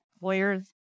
Lawyers